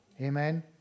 Amen